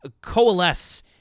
coalesce